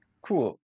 Cool